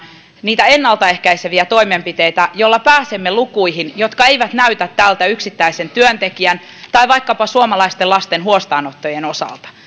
niitä ennalta ehkäiseviä toimenpiteitä joilla pääsemme lukuihin jotka eivät näytä tältä yksittäisen työntekijän tai vaikkapa suomalaisten lasten huostaanottojen osalta